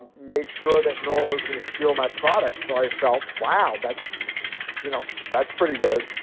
make sure that no one was going to steal my product. so i felt, wow, that's you know, that's pretty good